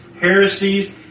heresies